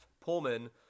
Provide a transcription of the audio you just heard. Pullman